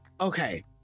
Okay